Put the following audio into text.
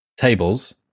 tables